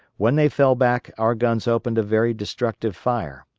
when they fell back our guns opened a very destructive fire.